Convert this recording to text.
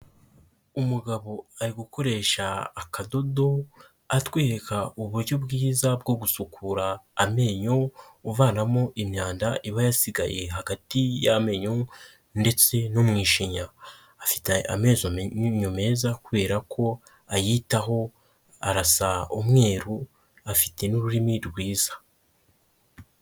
Umugabo ari gukoresha akadodo atwika uburyo bwiza bwo gusukura amenyo uvanamo imyanda iba yasigaye hagati y'amenyo ndetse no mu ishinya, afite amenyo meza kubera ko ayitaho arasa umweru afite n'ururimi rwiza.